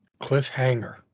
cliffhanger